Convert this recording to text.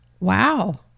wow